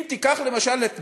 אם תיקח, למשל, את בריטניה.